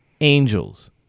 Angels